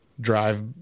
drive